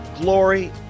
glory